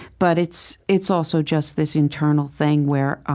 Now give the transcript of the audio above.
but it's it's also just this internal thing where